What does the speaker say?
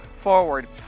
forward